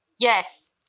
Yes